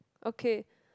ok